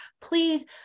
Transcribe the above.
please